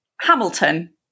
Hamilton